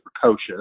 precocious